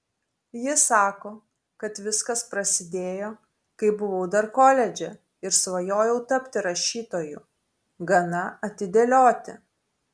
ji sako kad viskas prasidėjo kai buvau dar koledže ir svajojau tapti rašytoju gana atidėlioti